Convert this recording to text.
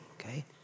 okay